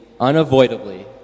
unavoidably